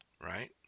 right